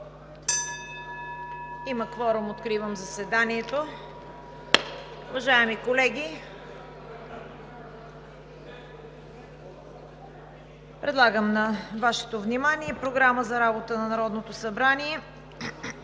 Има кворум. Откривам заседанието. (Звъни.) Уважаеми колеги, предлагам на Вашето внимание Програма за работата на Народното събрание